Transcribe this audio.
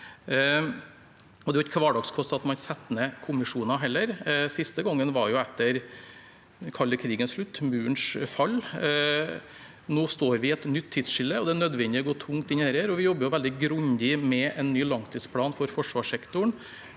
Det er jo ikke hverdagskost at man setter ned kommisjoner heller – sist gang var etter den kalde krigens slutt og Murens fall. Nå står vi i et nytt tidsskille, og det er nødvendig å gå tungt inn i dette. Vi jobber veldig grundig med en ny langtidsplan for forsvarssektoren.